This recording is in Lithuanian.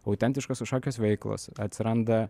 autentiškos kažkokios veiklos atsiranda